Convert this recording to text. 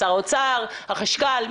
שר האוצר, החשכ"ל?